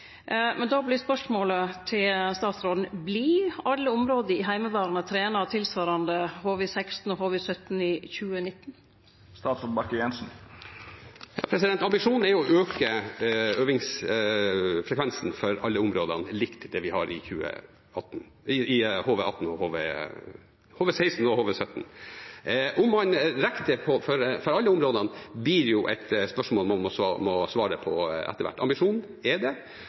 Men då vert spørsmålet til statsråden: Vert alle områda i Heimevernet trente tilsvarande HV-16 og HV-17 i 2019? Ambisjonen er å øke øvingsfrekvensen for alle områdene, likt det vi har i HV-16 og HV-17. Om man rekker det for alle områdene, blir et spørsmål man må svare på etter hvert. Ambisjonen er der. Så er det